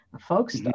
Folks